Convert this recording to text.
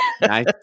nice